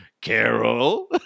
Carol